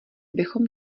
bychom